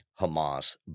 Hamas